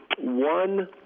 one